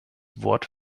wort